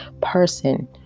person